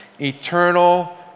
eternal